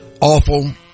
awful